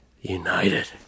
United